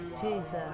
Jesus